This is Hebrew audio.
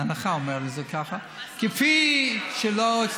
ההנחה אומרת שזה כך, כפי שלא,